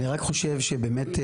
אני רק חשוב שבאמת,